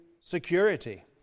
security